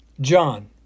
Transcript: John